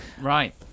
right